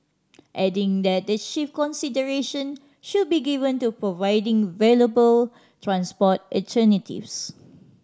adding that the chief consideration should be given to providing viable transport alternatives